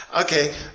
Okay